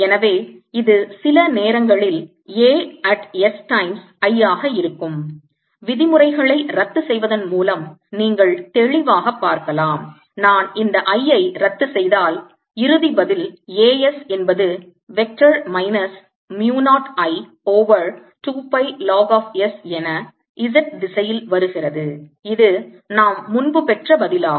எனவே இது சில நேரங்களில் A at s times I ஆக இருக்கும் விதிமுறைகளை ரத்து செய்வதன் மூலம் நீங்கள் தெளிவாகப் பார்க்கலாம் நான் இந்த I ஐ ரத்து செய்தால் இறுதி பதில் A s என்பது vector minus mu 0 I over 2 pi log of s என z திசையில் வருகிறது இது நாம் முன்பு பெற்ற பதிலாகும்